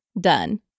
done